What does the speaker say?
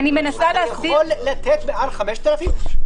אתה יכול להטיל קנס מעל 5,000 שקל.